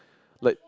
like